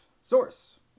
Source